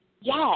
Yes